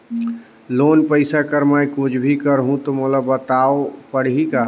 Loan पइसा कर मै कुछ भी करहु तो मोला बताव पड़ही का?